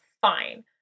fine